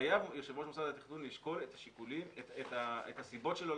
חייב יו"ר מוסד התכנון לשקול את הסיבות שלו